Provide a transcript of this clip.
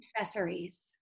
accessories